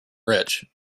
rich